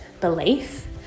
belief